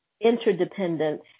interdependence